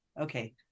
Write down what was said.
Okay